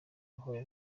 buhoro